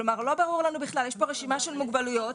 כלומר: יש פה רשימה של מוגבלויות,